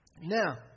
Now